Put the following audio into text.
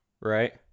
right